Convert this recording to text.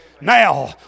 Now